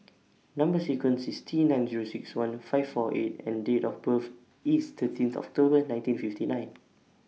Number sequence IS T nine Zero six one five four eight E and Date of birth IS thirteenth October nineteen fifty nine